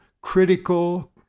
critical